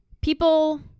people